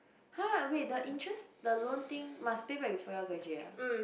!huh! wait the interest the loan thing must pay back before you all graduate ah